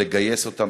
לגייס אותם,